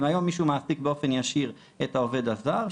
אם היום מישהו מעסיק באופן ישיר את העובד הזר,